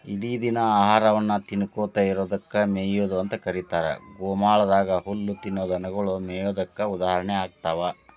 ಇಡಿದಿನ ಆಹಾರವನ್ನ ತಿನ್ನಕೋತ ಇರೋದಕ್ಕ ಮೇಯೊದು ಅಂತ ಕರೇತಾರ, ಗೋಮಾಳದಾಗ ಹುಲ್ಲ ತಿನ್ನೋ ದನಗೊಳು ಮೇಯೋದಕ್ಕ ಉದಾಹರಣೆ ಆಗ್ತಾವ